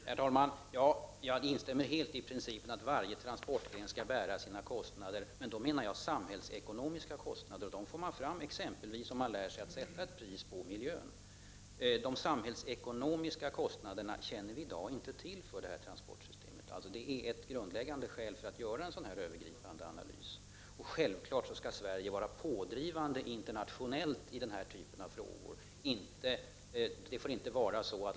Herr talman! Jag instämmer helt när det gäller principen om att varje transportgren skall bära sina kostnader. Men då menar jag de samhällsekonomiska kostnaderna och dem får man fram exempelvis genom att lära sig sätta ett pris på miljön. Det samhällsekonomiska kostnaderna känner vi i dag inte till beträffande det här transportsystemet. Det är ett grundläggande skäl för att göra en sådan här övergripande analys. Självfallet skall Sverige vara pådrivande internationellt i denna typ av frågor.